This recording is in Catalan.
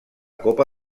copa